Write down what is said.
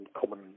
common